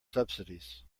subsidies